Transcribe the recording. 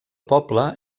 poble